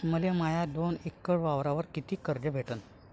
मले माया दोन एकर वावरावर कितीक कर्ज भेटन?